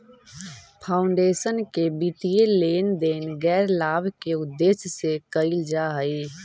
foundation के वित्तीय लेन देन गैर लाभ के उद्देश्य से कईल जा हई